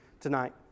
tonight